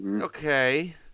Okay